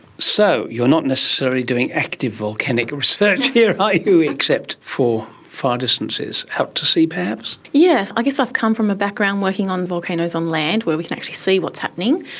so you're not necessarily doing active volcanic research here, are you, except for far distances out to sea perhaps? yes, i guess i'd come from a background working on volcanoes on land where we can actually see what's happening.